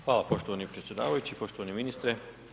Hvala poštovani predsjedavajući, poštovani ministre.